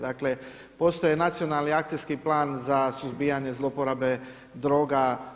Dakle, postoje Nacionalni akcijski plan za suzbijanje zlouporabe droga.